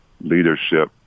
leadership